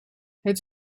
het